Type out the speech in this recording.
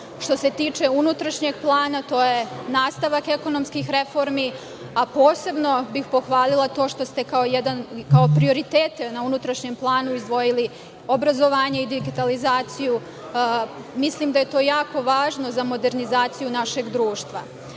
Što se tiče unutrašnjeg plana, to je nastavak ekonomskih reformi, a posebno bih pohvalila to što ste kao jedan prioritet na unutrašnjem planu izdvojili obrazovanje i digitalizaciju. Mislim da je to jako važno za modernizaciju našeg društva.S